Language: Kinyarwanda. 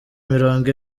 mirongo